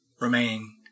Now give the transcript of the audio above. remain